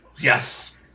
Yes